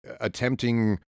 attempting